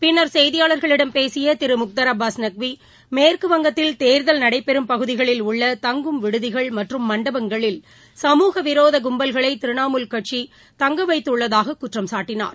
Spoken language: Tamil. பின்னர் செய்தியாளர்களிடம் பேசிய திரு முக்தார் அபாஸ் நக்வி மேற்குவங்கத்தில் தேர்தல் நடைபெறும் பகுதிகளில் உள்ள தங்கும் விடுதிகள் மற்றும் மண்டபங்களில் சமூக விரோத கும்பல்களை திரிணாமுல் கட்சி தங்க வைத்துள்ளதாக குற்றம் சாட்டினார்